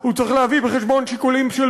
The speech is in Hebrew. הוא צריך להביא בחשבון שיקולים של סביבה,